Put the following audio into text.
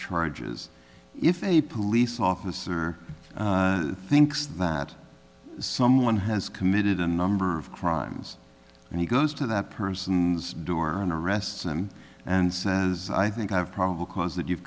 charges if a police officer thinks that someone has committed a number of crimes and he goes to that person's door and arrests him and says i think i've probably cause that you've